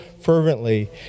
fervently